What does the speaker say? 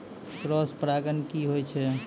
Cross परागण की होय छै?